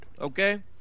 okay